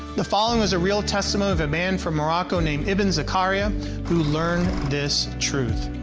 the following is a real testimony of a man from morocco named ibn zakaria who learned this truth.